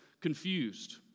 confused